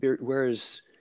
whereas